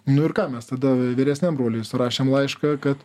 nu ir ką mes tada vyresniam broliui surašėm laišką kad